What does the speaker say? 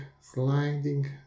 sliding